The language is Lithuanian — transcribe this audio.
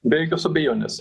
be jokios abejonės